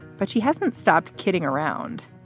but she hasn't stopped kidding around.